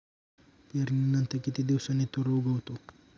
पेरणीनंतर किती दिवसांनी तूर उगवतो?